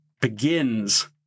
begins